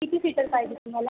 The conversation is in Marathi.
किती सीटर पाहिजे तुम्हाला